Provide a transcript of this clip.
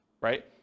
right